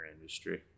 industry